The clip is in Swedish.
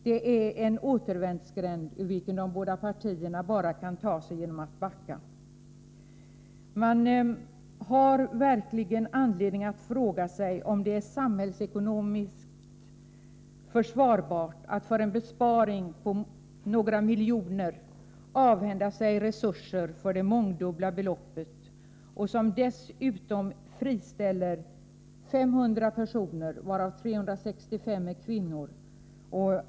Det är en återvändsgränd ur vilken de båda partierna kan ta sig bara genom att backa. Man har verkligen anledning att fråga sig om det är samhällsekonomiskt försvarbart att för en besparing på några miljoner kronor avhända sig resurser för det mångdubbla beloppet och dessutom friställa 500 personer, varav 365 är kvinnor.